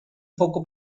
foco